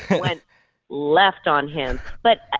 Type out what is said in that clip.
went left on him. but,